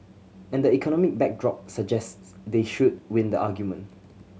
and economic backdrop suggests they should win the argument